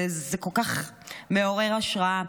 זה כל כך מעורר השראה.